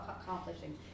Accomplishing